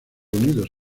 unidos